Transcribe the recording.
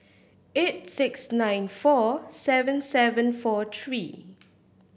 eight six nine four seven seven four three